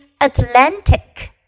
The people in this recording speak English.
Atlantic